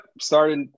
Started